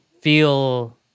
feel